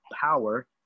power